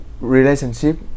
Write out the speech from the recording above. relationship